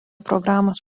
programos